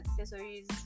accessories